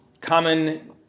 common